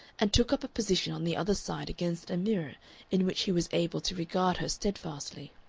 and took up a position on the other side against a mirror in which he was able to regard her steadfastly.